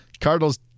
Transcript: Cardinals